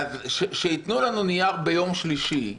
שיתנו לנו נייר ביום שלישי,